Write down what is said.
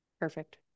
perfect